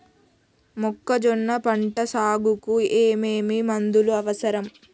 మొక్కజొన్న పంట సాగుకు ఏమేమి మందులు అవసరం?